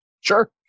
Sure